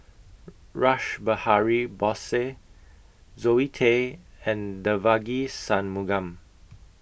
Rash Behari Bose Zoe Tay and Devagi Sanmugam